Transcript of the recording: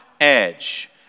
edge